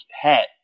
hat